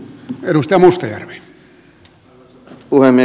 arvoisa puhemies